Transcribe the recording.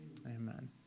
amen